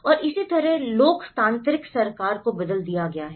और इसी तरह लोकतांत्रिक सरकार को बदल दिया गया है